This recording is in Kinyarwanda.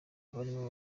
barimo